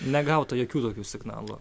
negauta jokių tokių signalų